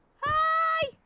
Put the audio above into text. Hi